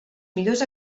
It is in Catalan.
millors